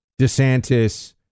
DeSantis